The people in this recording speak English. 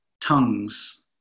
tongues